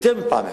יותר מפעם אחת,